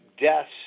deaths